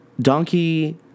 Donkey